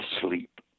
sleep